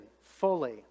fully